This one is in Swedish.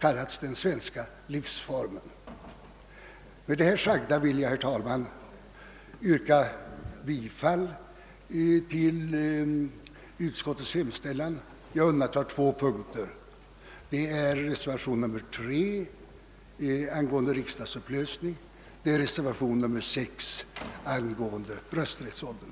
kallats den svenska livsformen. Med det sagda vill jag, herr talman, yrka bifall till utskottets hemställan. Jag undantar två punkter, nämligen reservationen 3 angående nyvalsförordnande och reservationen 6 angående rösträttsåldern.